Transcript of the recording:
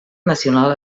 nacional